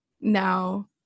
now